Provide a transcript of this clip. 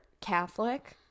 catholic